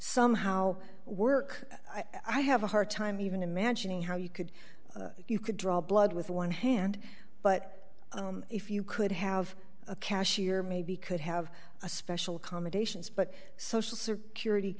somehow work i have a hard time even imagining how you could you could draw blood with one hand but if you could have a cashier maybe could have a special commendations but social security